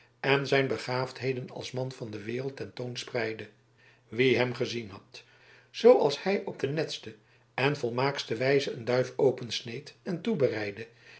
en zijn begaafdheden als man van de wereld ten toon spreidde wie hem gezien had zooals hij op de netste en volmaakste wijze een duif opsneed en